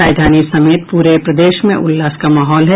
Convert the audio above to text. राजधानी समेत पूरे प्रदेश में उत्सव का माहौल है